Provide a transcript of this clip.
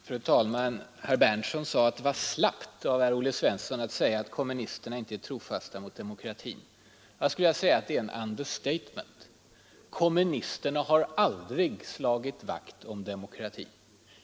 Fru talman! Herr Berndtson sade att det var ”slappt” av Olle Svensson att påstå att kommunisterna inte är trofasta mot demokratin. Jag skulle vilja kalla det ett understatement. Kommunisterna har naturligtvis aldrig slagit vakt om demokratin.